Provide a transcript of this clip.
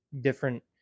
different